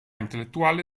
intellettuale